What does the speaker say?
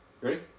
Ready